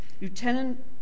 Lieutenant